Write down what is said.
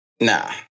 Nah